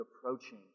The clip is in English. approaching